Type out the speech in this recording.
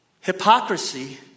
Hypocrisy